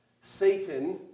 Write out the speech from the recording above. Satan